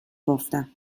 گفتم